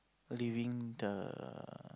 living the